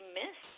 miss